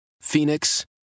Phoenix